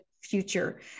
Future